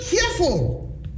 careful